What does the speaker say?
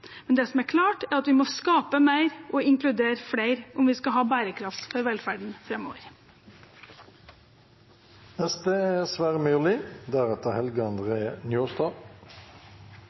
men det som er klart, er at vi må skape mer og inkludere flere om vi skal ha bærekraft for velferden